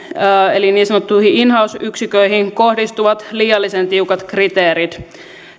eli niin sanottuihin in house yksiköihin kohdistuvat liiallisen tiukat kriteerit